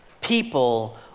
people